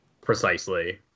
Precisely